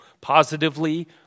positively